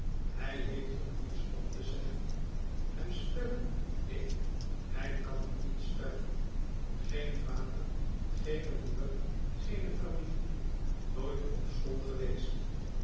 ij heeft er niets op te zeggen hem spellen neen hij kan hem niet spellen geen vader geene moeder geene familie nooit op school geweest